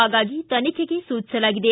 ಹಾಗಾಗಿ ತನಿಖೆಗೆ ಸೂಚಿಸಲಾಗಿದೆ